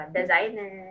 designer